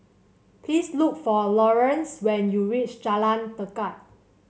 please look for Lawerence when you reach Jalan Tekad